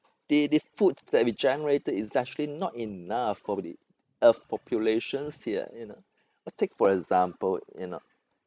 the the foods that we generated is actually not enough for the earth populations here you know take for example you know